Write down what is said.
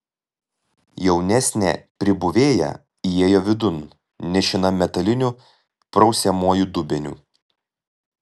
jaunesnė pribuvėja įėjo vidun nešina metaliniu prausiamuoju dubeniu